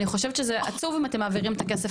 אני חושבת שזה עצוב אם אתם מעבירים את הכסף